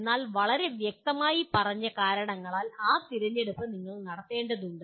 എന്നാൽ വളരെ വ്യക്തമായി പറഞ്ഞ കാരണങ്ങളാൽ ആ തിരഞ്ഞെടുപ്പ് നിങ്ങൾ നടത്തേണ്ടതുണ്ട്